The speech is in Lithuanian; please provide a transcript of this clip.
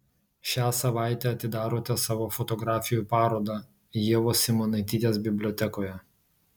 šią savaitę atidarote savo fotografijų parodą ievos simonaitytės bibliotekoje